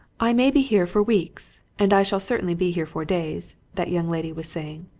i may be here for weeks, and i shall certainly be here for days, that young lady was saying.